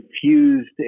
confused